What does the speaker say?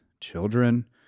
children